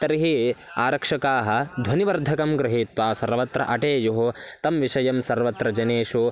तर्हि आरक्षकाः ध्वनिवर्धकं गृहीत्वा सर्वत्र अटेयुः तं विषयं सर्वत्र जनेषु